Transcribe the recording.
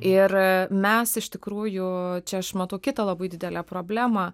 ir mes iš tikrųjų čia aš matau kitą labai didelę problemą